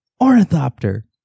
Ornithopter